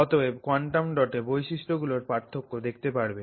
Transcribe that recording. অতএব কোয়ান্টাম ডটে বৈশিষ্ট্য গুলোর পার্থক্য দেখতে পারবে